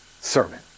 sermon